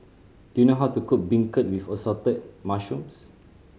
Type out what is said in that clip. do you know how to cook beancurd with Assorted Mushrooms